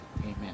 Amen